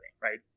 right